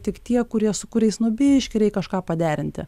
tik tie kurie su kuriais nu biški reik kažką paderinti